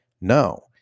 no